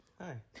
Hi